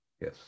Yes